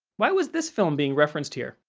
why was this film being referenced here?